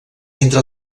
entre